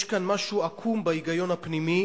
יש כאן משהו עקום בהיגיון הפנימי,